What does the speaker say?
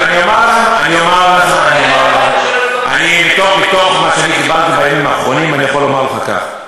ממה שאני דיברתי בימים האחרונים אני יכול לומר לך כך: